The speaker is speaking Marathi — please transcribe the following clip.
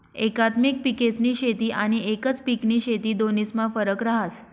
एकात्मिक पिकेस्नी शेती आनी एकच पिकनी शेती दोन्हीस्मा फरक रहास